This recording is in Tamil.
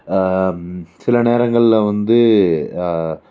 சில நேரங்கள்ல வந்து